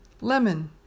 lemon